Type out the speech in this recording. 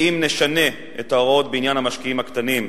שאם נשנה את ההוראות בעניין המשקיעים הקטנים,